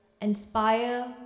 inspire